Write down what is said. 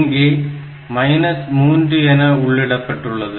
இங்கே மைனஸ் 3 என உள்ளிடப்பட்டுள்ளது